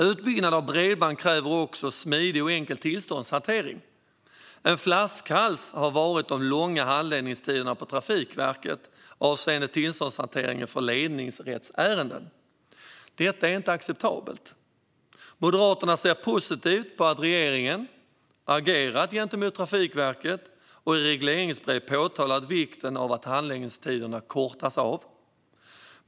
Utbyggnad av bredband kräver också smidig och enkel tillståndshantering. En flaskhals har varit de långa handläggningstiderna på Trafikverket avseende tillståndshanteringen för ledningsrättsärenden. Detta är inte acceptabelt. Moderaterna ser positivt på att regeringen har agerat gentemot Trafikverket och i regleringsbrev påtalat vikten av att handläggningstiderna kortas.